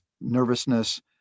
nervousness